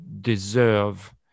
deserve